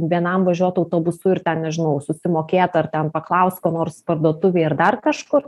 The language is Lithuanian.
vienam važiuot autobusu ir ten nežinau susimokėt ar ten paklaust ko nors parduotuvėj ar dar kažkur